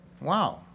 Wow